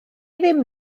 ddim